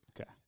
Okay